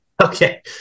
Okay